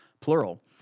plural